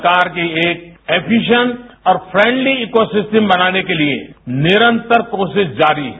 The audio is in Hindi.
सरकार की एक एफीशन और फ्रेंडली इको सिस्टम बनाने के लिए निरंतर कोशिश जारी है